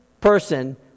person